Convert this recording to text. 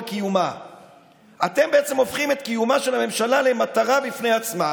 קיומה אתם בעצם הופכים את קיומה של הממשלה למטרה בפני עצמה